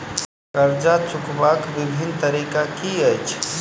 कर्जा चुकबाक बिभिन्न तरीका की अछि?